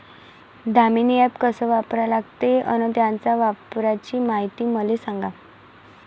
Damini app कस वापरा लागते? अन त्याच्या वापराची मायती मले सांगा